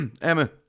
Emma